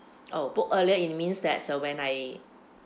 oh book earlier it means that uh when I